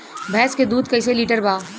भैंस के दूध कईसे लीटर बा?